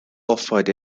offered